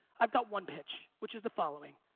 i've got one pitch, which is the following,